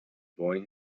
boy